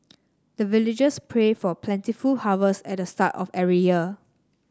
the villagers pray for plentiful harvest at the start of every year